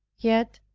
yet,